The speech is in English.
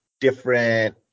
different